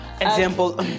Example